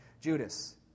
Judas